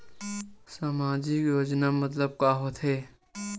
सामजिक योजना मतलब का होथे?